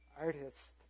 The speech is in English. artist